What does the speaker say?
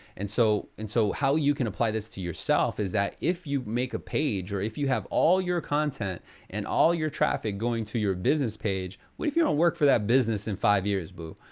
and so and so, how you can apply this to yourself, is that if you make a page, or if you have all your content and all your traffic going to your business page, what if you don't work for that business in five years, boo?